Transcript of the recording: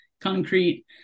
concrete